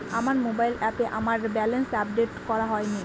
আমার মোবাইল অ্যাপে আমার ব্যালেন্স আপডেট করা হয়নি